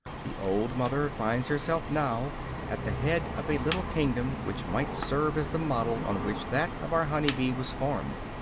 the old mother finds herself now at the head of a little kingdom which might serve as the model on which that of our honey-bee was formed.